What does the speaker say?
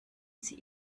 sie